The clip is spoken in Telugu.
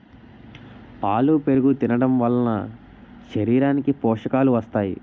పాలు పెరుగు తినడంవలన శరీరానికి పోషకాలు వస్తాయి